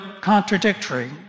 contradictory